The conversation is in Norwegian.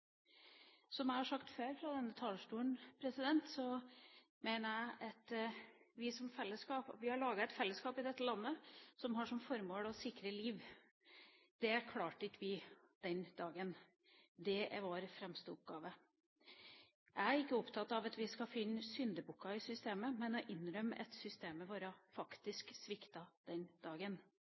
Som jeg har sagt før fra denne talerstolen – det klarte vi ikke den dagen. Jeg er ikke opptatt av at vi skal finne syndebukker i systemet, men å innrømme at systemet vårt faktisk sviktet den dagen.